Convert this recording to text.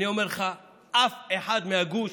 אני אומר לך שאף אחד מהגוש